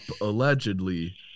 allegedly